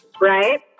Right